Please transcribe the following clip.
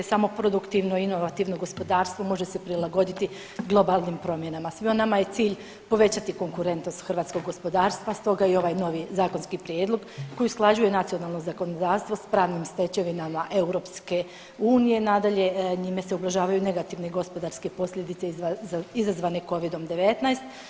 Samo produktivno i inovativno gospodarstvo može se prilagoditi globalnim promjenama, svima nama je cilj povećati konkurentnost hrvatskog gospodarstva, stoga i ovaj novi zakonski prijedlog koji usklađuje nacionalno zakonodavstvo s pravnim stečevinama EU, nadalje, njime se ublažavaju negativni gospodarske posljedice izazvane covidom-19.